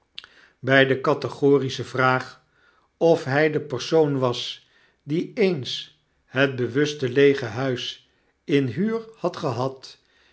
by de categorische vraag of hy de persoon was die eens het bewuste lege huis in huur had gehad